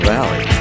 Valley